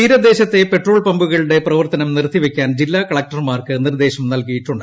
തീരദേശത്തെ പെട്രോൾപമ്പുകളുടെ പ്രവർത്തനം നിർത്തി വയ്ക്കാൻ ജില്ലാകളക്ടർമാർക്ക് നിർദ്ദേശം നൽകിയിട്ടുണ്ട്